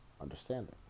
understanding